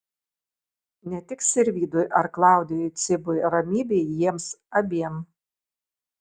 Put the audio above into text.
ne tik sirvydui ar klaudijui cibui ramybė jiems abiem